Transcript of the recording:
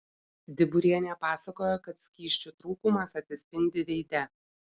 diburienė pasakojo kad skysčių trūkumas atsispindi veide